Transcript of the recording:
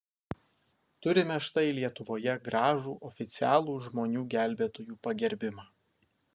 turime štai lietuvoje gražų oficialų žmonių gelbėtojų pagerbimą